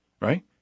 right